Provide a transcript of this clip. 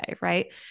right